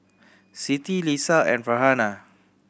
Siti Lisa and Farhanah